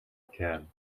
can